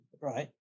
right